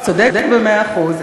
צודק במאה אחוז,